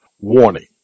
Warning